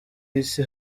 isi